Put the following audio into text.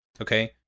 okay